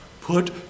put